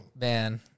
Man